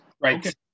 Right